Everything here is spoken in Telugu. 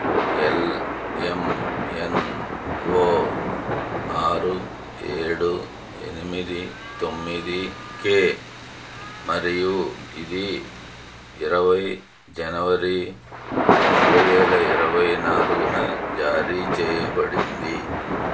ఎల్ ఎం ఎన్ ఓ ఆరు ఏడు ఎనిమిది తొమ్మిది కే మరియు ఇది ఇరవై జనవరి రెండు వేల ఇరవై నాలుగు జారీ చేయబడింది